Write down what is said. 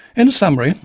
in summary,